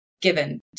given